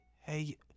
hey